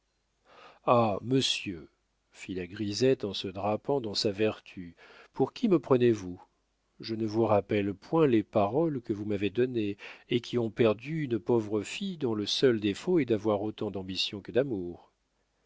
ah monsieur fit la grisette en se drapant dans sa vertu pour qui me prenez-vous je ne vous rappelle point les paroles que vous m'avez données et qui ont perdu une pauvre fille dont le seul défaut est d'avoir autant d'ambition que d'amour